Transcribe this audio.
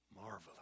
marvelous